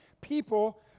people